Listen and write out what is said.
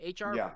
HR